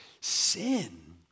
sin